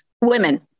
women